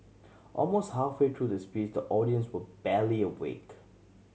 almost halfway through the speech the audience were barely awake